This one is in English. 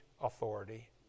authority